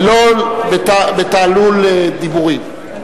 ולא בתעלול דיבורים.